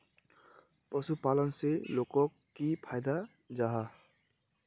पशुपालन से लोगोक की फायदा जाहा?